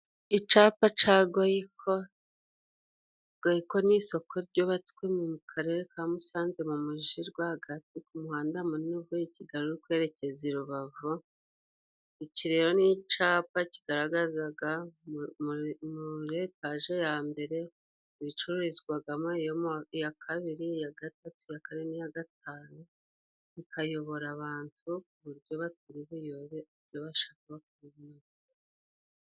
Icapa ca Goyiko. Goyiko ni isoko ryubatswe mu Karere ka Musanze mu muji rwagati, ku muhanda munini uvuye i Kigali uri kwerekeza i Rubavu. Iki rero ni icapa kigaragazaga muri etaje ya mbere ibicururizwagamo. Hariho iya kabiri, iya gatatu, iya kane, n'iya gatanu. Kikayobora abantu ku buryo bataribuyobe ibyo bashaka ku...